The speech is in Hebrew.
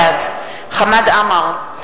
בעד חמד עמאר,